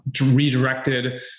redirected